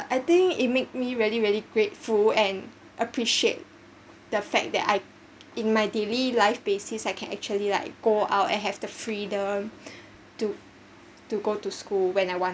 I think it makes me really really grateful and appreciate the fact that I in my daily life basis I can actually like go out and have the freedom to to go to school when I want